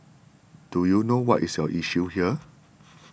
do you know what is your issue here